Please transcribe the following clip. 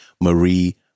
Marie